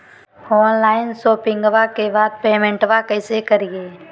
Online शोपिंग्बा के बाद पेमेंटबा कैसे करीय?